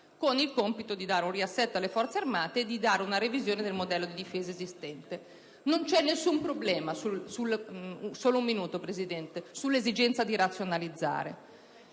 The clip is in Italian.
con il compito di dare un riassetto alle Forze armate e procedere a una revisione del modello di difesa esistente. Non c'è nessun problema a riconoscere l'esigenza di razionalizzare,